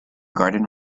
garden